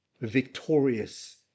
victorious